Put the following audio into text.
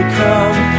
come